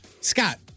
Scott